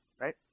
right